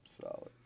solid